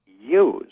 use